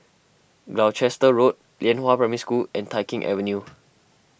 Gloucester Road Lianhua Primary School and Tai Keng Avenue